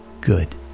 Good